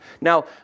Now